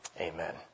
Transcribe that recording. Amen